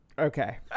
Okay